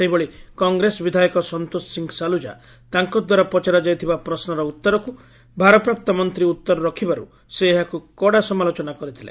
ସେହିଭଳି କଂଗ୍ରେସ ବିଧାୟକ ସନ୍ତୋଷ ସିଂହ ସାଲୁଜା ତାଙ୍ଦ୍ାରା ପଚରା ଯାଇଥିବା ପ୍ରଶ୍ନର ଉତ୍ତରକୁ ଭାରପ୍ରାପ୍ତ ମନ୍ତୀ ଉତ୍ତର ରଖିବାରୁ ସେ ଏହାକୁ କଡ଼ା ସମାଲୋଚନା କରିଥିଲେ